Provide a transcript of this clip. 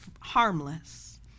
harmless